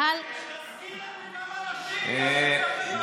תזכיר לנו כמה נשים, תזכיר לנו.